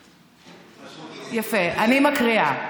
יפה, אני מקריאה.